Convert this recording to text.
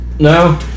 No